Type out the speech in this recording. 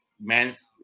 men's